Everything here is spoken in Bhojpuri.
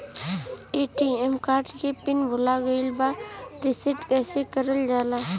ए.टी.एम कार्ड के पिन भूला गइल बा रीसेट कईसे करल जाला?